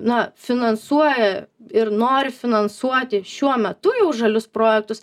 na finansuoja ir nori finansuoti šiuo metu jau žalius projektus